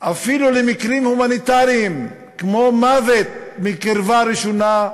אפילו במקרים הומניטריים, כמו במוות מקרבה ראשונה,